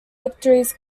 victories